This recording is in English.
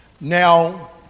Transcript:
Now